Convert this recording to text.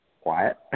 quiet